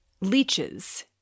Leeches